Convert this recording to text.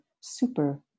super